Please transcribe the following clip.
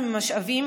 ממשאבים,